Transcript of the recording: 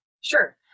Sure